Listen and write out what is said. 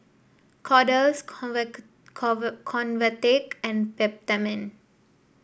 Kordel's Convatec and Peptamen